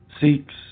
seeks